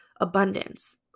abundance